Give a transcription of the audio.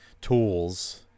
tools